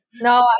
No